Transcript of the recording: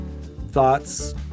thoughts